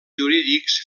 jurídics